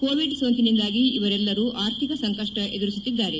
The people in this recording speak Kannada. ಕೋವಿಡ್ ಸೋಂಕಿನಿಂದಾಗಿ ಇವರೆಲ್ಲರೂ ಆರ್ಥಿಕ ಸಂಕಷ್ಟ ಎದುರಿಸುತ್ತಿದ್ದಾರೆ